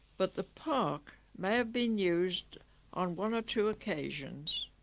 but the park may have been used on one or two occasions